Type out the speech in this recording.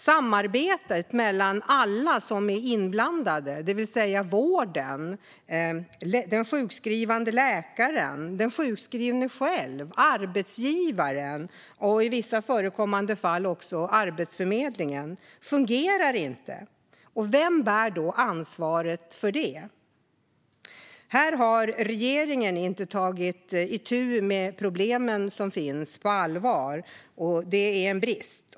Samarbetet mellan alla som är inblandade, det vill säga vården, den sjukskrivande läkaren, den sjukskrivne själv, arbetsgivaren och i vissa förekommande fall också Arbetsförmedlingen, fungerar inte. Vem bär ansvaret för det? Regeringen har inte på allvar tagit itu med de problem som finns. Det är en brist.